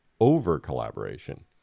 over-collaboration